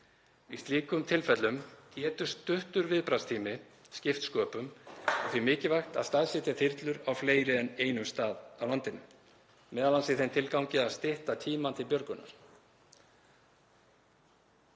Í slíkum tilfellum getur stuttur viðbragðstími skipt sköpum og því mikilvægt að staðsetja þyrlur á fleiri en einum stað á landinu, m.a. í þeim tilgangi að stytta tímann til björgunar.